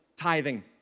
tithing